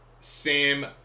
Sam